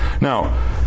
Now